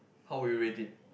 how would you rate it